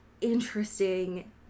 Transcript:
interesting